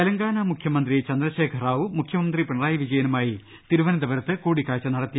തെലങ്കാന മുഖ്യമന്ത്രി ചന്ദ്രശേഖർ റാവു മുഖ്യമന്ത്രി പിണറായി വിജയനുമായി തിരുവനന്തപുരത്ത് കൂടിക്കാഴ്ച്ച നടത്തി